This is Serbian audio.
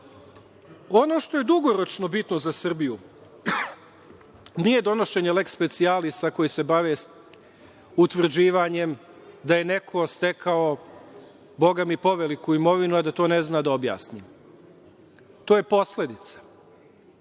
što je dugoročno bitno za Srbiju nije donošenje leks specijalisa koji se bave utvrđivanjem da je neko stekao bogami poveliku imovinu, a da to ne zna da objasni. To je posledica.